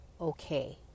okay